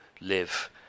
live